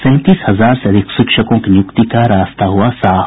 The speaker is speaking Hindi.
सैंतीस हजार से अधिक शिक्षकों की नियुक्ति का रास्ता हुआ साफ